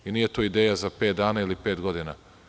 Nije to ideja za pet dana ili pet godina.